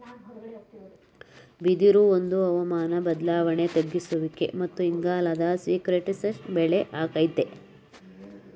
ಬಿದಿರು ಒಂದು ಹವಾಮಾನ ಬದ್ಲಾವಣೆ ತಗ್ಗಿಸುವಿಕೆ ಮತ್ತು ಇಂಗಾಲದ ಸೀಕ್ವೆಸ್ಟ್ರೇಶನ್ ಬೆಳೆ ಆಗೈತೆ